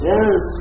Yes